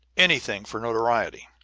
anything for notoriety.